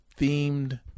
themed